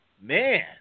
man